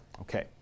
Okay